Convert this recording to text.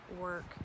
work